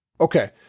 Okay